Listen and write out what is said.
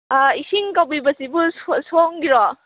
ꯏꯁꯤꯡ ꯀꯧꯕꯤꯕꯁꯤꯕꯨ ꯁꯣꯝꯒꯤꯔꯣ